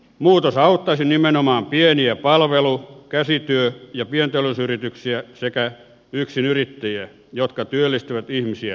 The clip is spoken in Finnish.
muutos auttaisi nimenomaan pieniä palvelu käsityö ja pienteollisuusyrityksiä sekä yksinyrittäjiä jotka työllistävät ihmisiä tässä maassa